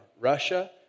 Russia